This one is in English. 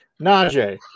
Najee